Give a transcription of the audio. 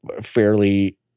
fairly